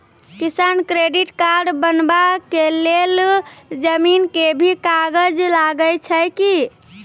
किसान credit card बनबा के लेल जमीन के भी कागज लागै छै कि?